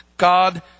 God